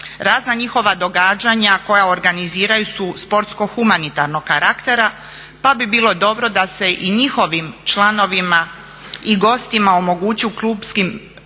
Razna njihova događanja koja organiziraju su sportsko-humanitarnog karaktera pa bi bilo dobro da se i njihovim članovima i gostima omogući u klupskim